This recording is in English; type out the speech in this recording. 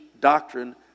doctrine